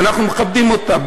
ואנחנו מכבדים אותה,